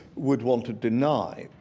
would want to deny.